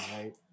right